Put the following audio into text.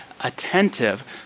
attentive